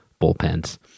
bullpens